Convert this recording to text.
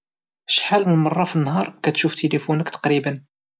شحال من مرة فالنهار كتشوف تلفونك تقريبا؟